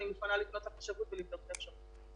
אני מוכנה לפנות לחשבות ולבדוק את האפשרות הזאת.